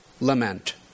lament